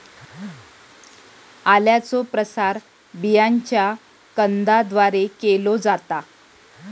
आल्याचो प्रसार बियांच्या कंदाद्वारे केलो जाता